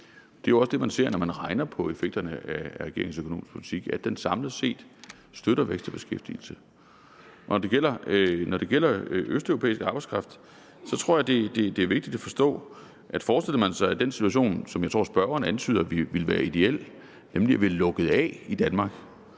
Det er jo også det, man ser, når man regner på effekterne af regeringens økonomiske politik, nemlig at den samlet set støtter vækst og beskæftigelse. Når det gælder østeuropæisk arbejdskraft, så tror jeg, det er vigtigt at forstå, at forestillede man sig den situation, som jeg tror spørgeren antyder ville være ideel, nemlig at vi i Danmark